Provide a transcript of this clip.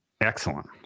Excellent